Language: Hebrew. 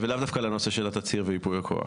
ולאו דווקא לנושא של התצהיר וייפוי הכוח.